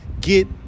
Get